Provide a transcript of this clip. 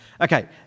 Okay